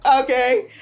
Okay